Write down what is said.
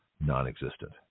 non-existent